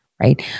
right